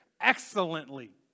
excellently